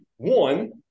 One